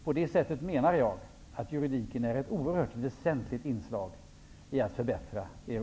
På det sättet är juridiken ett oerhört väsentligt inslag för att förbättra Europa.